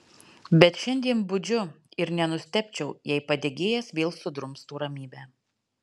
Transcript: bet šiandien budžiu ir nenustebčiau jei padegėjas vėl sudrumstų ramybę